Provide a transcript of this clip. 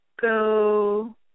go